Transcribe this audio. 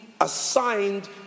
assigned